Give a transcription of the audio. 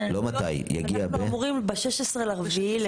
אנחנו אמורים ב-16 באפריל.